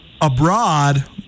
abroad